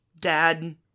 dad